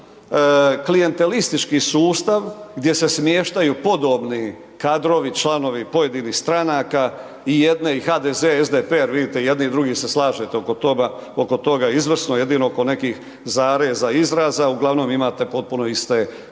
izvrstan klijentelistički sustav gdje se smještaju podobni kadrovi, članovi pojedinih stranaka i jedne i HDZ, SDP jer vidite, i jedni i drugi se slažete oko toga izvrsno, jedino oko nekih zareza i izraza, uglavnom imate potpuno iste stavove